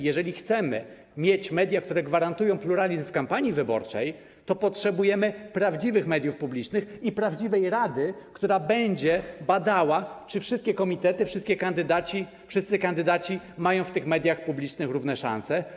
Jeżeli chcemy mieć media, które gwarantują pluralizm w kampanii wyborczej, to potrzebujemy prawdziwych mediów publicznych i prawdziwej rady, która będzie badała, czy wszystkie komitety i wszyscy kandydaci mają w mediach publicznych równe szanse.